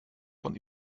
von